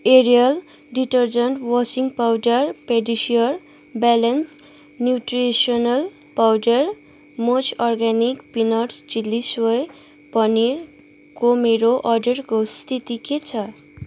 Ariel detergent washing powder PediaSure balance nutritional powder मुज organic peanuts chilli soy पनिरको मेरो अर्डरको स्थिति के छ